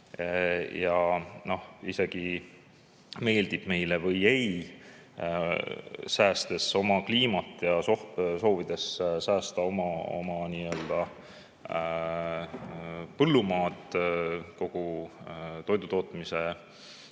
Ja meeldib meile või mitte, säästes oma kliimat ja soovides säästa oma põllumaad, kogu toidutootmise